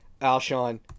Alshon